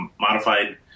modified